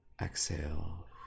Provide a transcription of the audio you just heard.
exhale